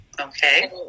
Okay